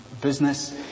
business